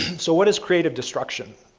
so, what is creative destruction?